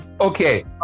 Okay